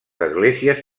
esglésies